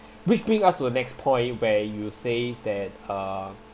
which bring us to the next point where you says that uh